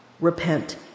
repent